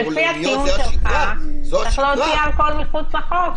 לפי הטיעון שלך צריך להוציא אלכוהול מחוץ לחוק.